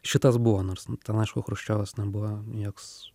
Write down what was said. šitas buvo nors ten aišku chruščiovas nebuvo joks